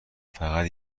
فقط